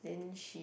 then